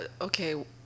okay